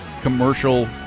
commercial